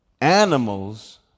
Animals